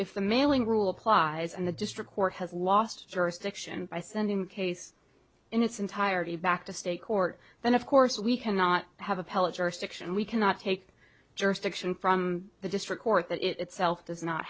if the mailing rule applies and the district court has lost jurisdiction by sending case in its entirety back to state court then of course we cannot have appellate jurisdiction we cannot take jurisdiction from the district court that itself does not